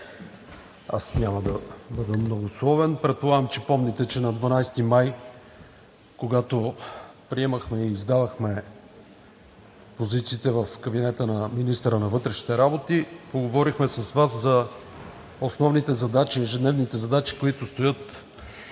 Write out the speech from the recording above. Аз няма да бъда многословен. Предполагам, че помните, че на 12 май, когато приемахме и издавахме позициите в кабинета на министъра на вътрешните работи, поговорихме с Вас за основните задачи, ежедневните задачи, които стоят